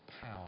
power